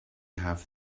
have